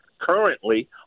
currently